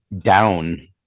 down